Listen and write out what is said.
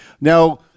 Now